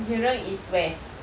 jurong is west